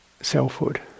selfhood